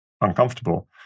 uncomfortable